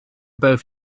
both